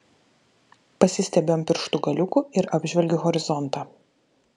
pasistiebiu ant pirštų galiukų ir apžvelgiu horizontą